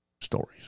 stories